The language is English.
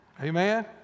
Amen